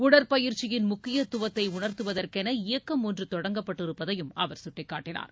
உடற்பயிற்சியின் முக்கியத்துவத்தை உணர்த்துவதற்கென இயக்கம் ஒன்று தொடங்கப்பட்டிருப்பதையும் அவர் சுட்டிக்காட்டினார்